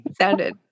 Sounded